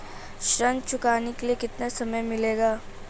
ऋण चुकाने के लिए कितना समय मिलेगा?